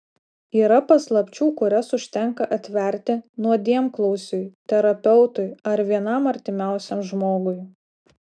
yra paslapčių kurias užtenka atverti nuodėmklausiui terapeutui ar vienam artimiausiam žmogui